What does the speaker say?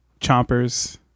chompers